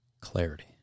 Clarity